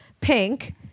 pink